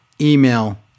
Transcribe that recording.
email